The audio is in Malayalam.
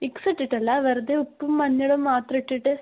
വിക്സ് ഇട്ടിട്ടല്ല വെറുതെ ഉപ്പും മഞ്ഞളും മാത്രം ഇട്ടിട്ട്